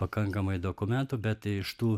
pakankamai dokumentų bet iš tų